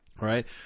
right